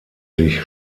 sich